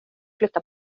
flytta